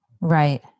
Right